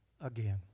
again